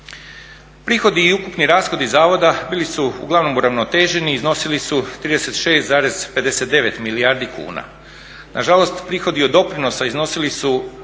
Prihodi i ukupni rashodi zavoda bili su uglavnom uravnoteženi i iznosili su 36,59 milijardi kuna. Nažalost, prihodi od doprinosa iznosili su